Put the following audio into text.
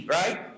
right